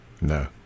No